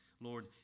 Lord